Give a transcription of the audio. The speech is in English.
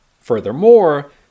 Furthermore